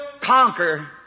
conquer